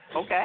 Okay